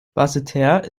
basseterre